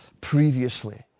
previously